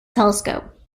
telescope